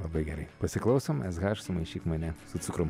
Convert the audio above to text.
labai gerai pasiklausom s haš sumaišyk mane su cukrum